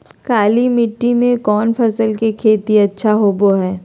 काली मिट्टी में कौन फसल के खेती अच्छा होबो है?